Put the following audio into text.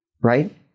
Right